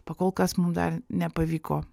pakol kas mums dar nepavyko